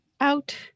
out